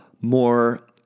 more